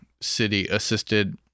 city-assisted